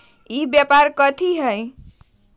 ई व्यापार कथी हव?